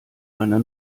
einer